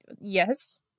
Yes